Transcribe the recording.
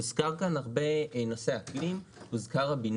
הוזכר כאן רבות נושא האקלים והבינוי,